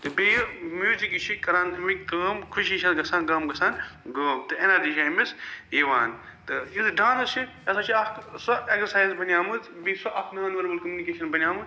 تہٕ بیٚیہِ میٛوٗزِک یہِ چھِ کَران اَمی کٲم خوشی چھِ اسہِ گَژھان غم گَژھان غٲب تہٕ ایٚنرگی چھِ أمِس یِوان تہٕ یُس ڈانٕس چھُ یہِ ہسا چھُ اکھ سۄ ایٚگزرسایز بنیٲمٕژ بیٚیہِ سۄ اَکھ نان ؤربل کوٚمنِکیشن بنیٛٲمُت